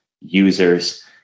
users